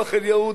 "אטבח אל-יהוד",